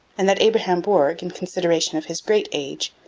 and that abraham bourg, in consideration of his great age,